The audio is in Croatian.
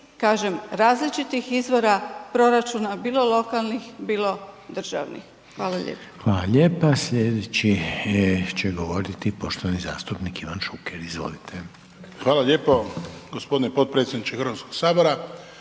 kažem različitih izvora, proračuna bilo lokalnih bilo državnih. Hvala lijepo. **Reiner, Željko (HDZ)** Hvala lijepa. Slijedeći će govoriti poštovani zastupnik Ivan Šuker. **Šuker, Ivan (HDZ)** Hvala lijepo gospodine potpredsjedniče Hrvatskog sabora.